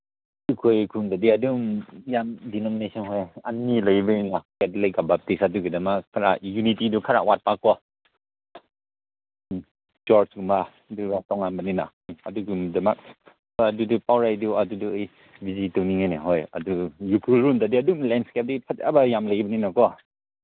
ꯑꯩꯈꯣꯏꯒꯤ ꯈꯨꯟꯗꯗꯤ ꯑꯗꯨꯝ ꯌꯥꯝ ꯗꯤꯅꯣꯃꯤꯅꯦꯁꯟ ꯍꯣꯏ ꯑꯅꯤ ꯂꯩꯕꯅꯤꯅ ꯑꯗꯨꯒꯤꯃꯗꯛ ꯈꯔ ꯌꯨꯅꯤꯇꯤꯗꯣ ꯈꯔ ꯋꯥꯠꯄꯀꯣ ꯎꯝ ꯆꯔꯁꯀꯨꯝꯕ ꯑꯗꯨꯅ ꯇꯣꯉꯥꯟꯕꯅꯤꯅ ꯑꯗꯨꯒꯤꯗꯃꯛ ꯍꯣꯏ ꯑꯗꯨꯗꯤ ꯄꯥꯎꯔꯩꯗꯨ ꯑꯗꯨꯗꯣ ꯑꯩ ꯚꯤꯖꯤꯠ ꯇꯧꯅꯤꯡꯉꯤꯅꯦ ꯍꯣꯏ ꯑꯗꯨ ꯎꯈ꯭ꯔꯨꯜꯂꯣꯝꯗꯗꯤ ꯑꯗꯨꯝ ꯂꯦꯟꯏꯁꯀꯦꯞꯇꯤ ꯐꯖꯕ ꯌꯥꯝ ꯂꯩꯕꯅꯤꯅꯀꯣ